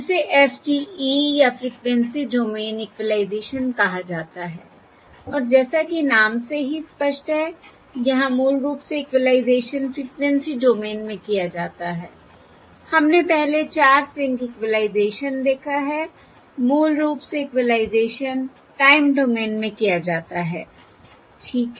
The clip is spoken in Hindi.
जिसे FDE या फ़्रीक्वेंसी डोमेन इक्वीलाइज़ेशन कहा जाता है और जैसा कि नाम से ही स्पष्ट है यहाँ मूल रूप से इक्विलाइज़ेशन फ़्रीक्वेंसी डोमेन में किया जाता है हमने पहले 4 सिंक इक्वलाइज़ेश देखा है मूल रूप से इक्विलाइज़ेशन टाइम डोमेन में किया जाता है ठीक है